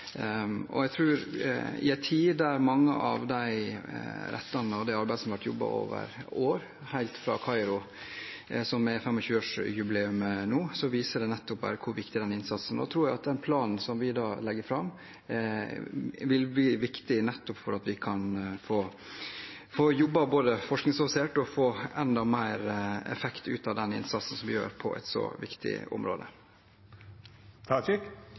Jeg tror at i en tid der man har jobbet med mange av disse rettene, og i det arbeidet som er gjort over år – helt siden Kairo-konferansen, som har 25-årsjubileum nå – ser man nettopp hvor viktig den innsatsen var. Jeg tror at den planen vi legger fram, vil bli viktig nettopp for at vi kan få jobbet forskningsbasert og få enda mer effekt ut av innsatsen vi gjør på